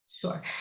Sure